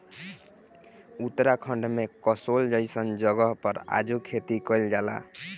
उत्तराखंड में कसोल जइसन जगह पर आजो खेती कइल जाला